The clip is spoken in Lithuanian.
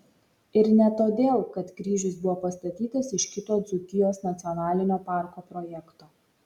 ir ne todėl kad kryžius buvo pastatytas iš kito dzūkijos nacionalinio parko projekto